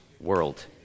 world